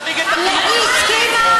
היא לא הסכימה, היא הסכימה.